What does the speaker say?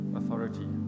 authority